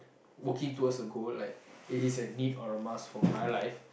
working towards the goal like it is a need or a must for my life